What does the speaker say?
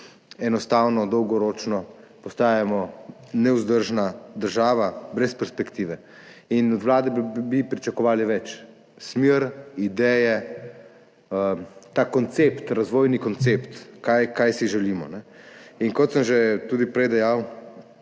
enostavno dolgoročno postajamo nevzdržna država brez perspektive. In od Vlade bi pričakovali več – smer, ideje, razvojni koncept, kaj si želimo. Kot sem že prej dejal,